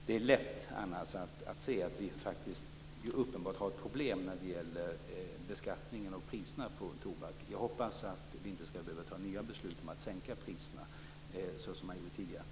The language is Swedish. Det är annars lätt att se att vi faktiskt uppenbarligen har ett problem när det gäller beskattningen och priserna på tobak. Jag hoppas att vi inte skall behöva fatta nya beslut om att sänka priserna såsom man gjorde tidigare.